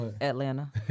atlanta